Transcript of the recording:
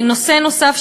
נושא נוסף,